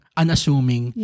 unassuming